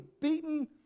beaten